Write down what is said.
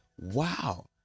wow